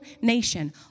nation